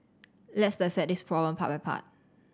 let's dissect this problem part by part